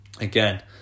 again